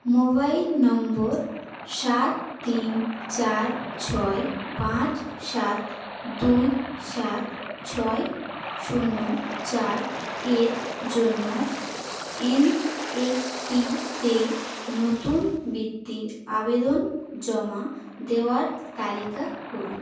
mobile নম্বর সাত তিন চার ছয় পাঁচ সাত দুই সাত ছয় শূন্য চার এর জন্য এনএসপিতে নতুন বৃত্তির আবেদন জমা দেওয়ার তালিকা করুন